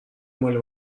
ماله